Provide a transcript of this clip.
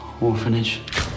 Orphanage